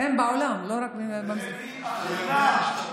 אין בעולם, לא רק במזרח התיכון.